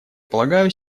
полагаю